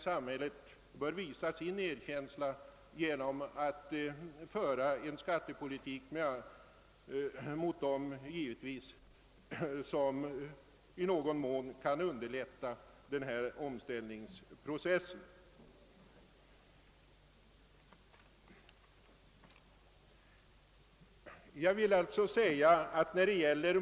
Samhället bör å sin sida visa sin erkänsla genom att t.ex. föra en skattepolitik som i någon mån kan underlätta omställningsprocessen för dessa näringsutövare.